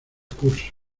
curso